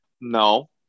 No